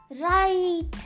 Right